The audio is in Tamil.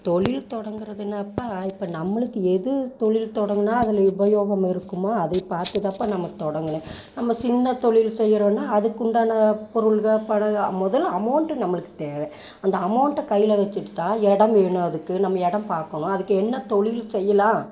தொழில் தொடங்குகிறதுன்னாப்பா இப்போ நம்மளுக்கு எது தொழில் தொடங்குனால் அதில் உபயோகம் இருக்குமோ அதை பார்த்து தான்ப்பா நம்ம தொடங்கணும் நம்ம சின்ன தொழில் செய்கிறோன்னா அதுக்குண்டான பொருள்கள் பணம் முதல்ல அமௌண்ட்டு நம்மளுக்கு தேவை அந்த அமௌண்கிட்ட கையில் வச்சிட்டு தான் இடம் வேணும் அதுக்கு நம்ம இடம் பார்க்கணும் அதுக்கு என்ன தொழில் செய்யலாம்